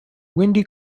windy